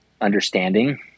understanding